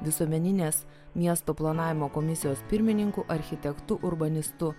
visuomeninės miesto planavimo komisijos pirmininku architektu urbanistu